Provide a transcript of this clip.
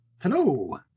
Hello